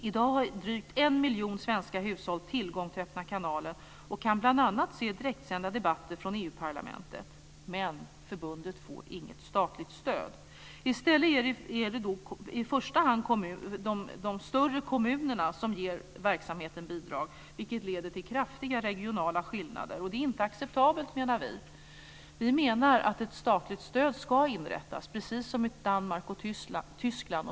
I dag har drygt en miljon svenska hushåll tillgång till Öppna kanalen och kan bl.a. se direktsända debatter från EU-parlamentet. Men förbundet får inget statligt stöd. I stället är det i första hand de större kommunerna som ger verksamheten bidrag, vilket leder till kraftiga regionala skillnader. Det är inte acceptabelt, menar vi. Vi menar att ett statligt stöd ska inrättas, precis som i Danmark och Tyskland.